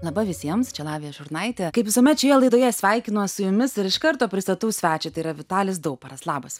laba visiems čia lavija šurnaitė kaip visuomet šioje laidoje sveikinuos su jumis ir iš karto pristatau svečią tai yra vitalis dauparas labas